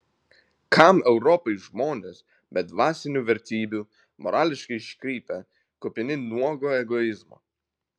kam europai žmonės be dvasinių vertybių morališkai iškrypę kupini nuogo egoizmo